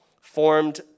formed